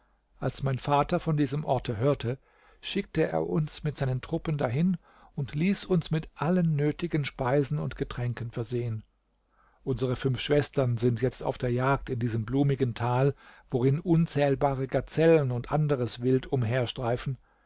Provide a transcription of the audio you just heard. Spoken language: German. als mein vater von diesem ort hörte schickte er uns mit seinen truppen dahin und ließ uns mit allen nötigen speisen und getränken versehen unsere fünf schwestern sind jetzt auf der jagd in diesem blumigen tal worin unzählbare gazellen und anderes wild